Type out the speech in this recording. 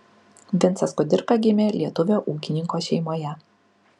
vincas kudirka gimė lietuvio ūkininko šeimoje